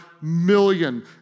million